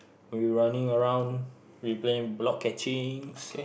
when we running around we play block catching